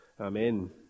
Amen